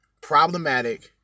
problematic